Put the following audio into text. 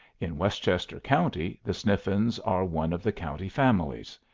in westchester county the sniffens are one of the county families.